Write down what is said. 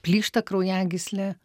plyšta kraujagyslė